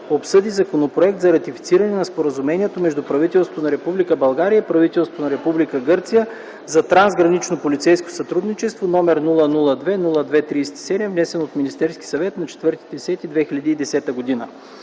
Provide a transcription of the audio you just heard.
Закон за ратифициране на Споразумението между правителството на Република България и правителството на Република Гърция за трансгранично полицейско сътрудничество, № 002-02-37, внесен от Министерския съвет на 4 октомври 2010 г.